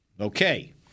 Okay